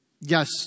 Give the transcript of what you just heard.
yes